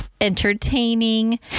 entertaining